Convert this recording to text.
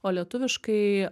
o lietuviškai